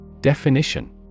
Definition